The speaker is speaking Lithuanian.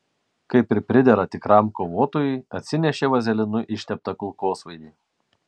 kaip ir pridera tikram kovotojui atsinešė vazelinu išteptą kulkosvaidį